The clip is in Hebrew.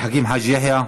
עבד אל חכים חאג' יחיא.